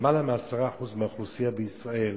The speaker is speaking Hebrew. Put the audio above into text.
למעלה מ-10% מהאוכלוסייה בישראל